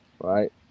right